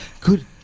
good